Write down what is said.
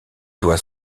doit